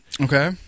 Okay